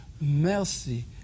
mercy